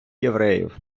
євреїв